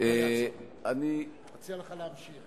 אני מציע לך להמשיך.